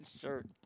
shirt